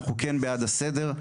אנחנו בעד הסדר,